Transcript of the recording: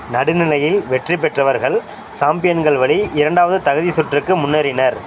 நடுநிலையில் வெற்றிபெற்றவர்கள் சாம்பியன்கள் வழி இரண்டாவது தகுதி சுற்றுக்கு முன்னேறினர்